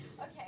Okay